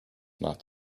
not